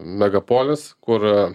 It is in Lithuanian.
megapolis kur